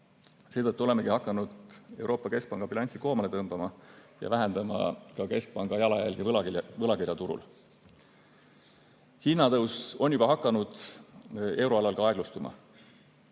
Seetõttu olemegi hakanud Euroopa Keskpanga bilanssi koomale tõmbama ja vähendama ka keskpanga jalajälgi võlakirjaturul. Hinnatõus on juba hakanud euroalal aeglustuma.